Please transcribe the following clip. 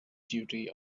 duty